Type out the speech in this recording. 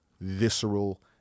visceral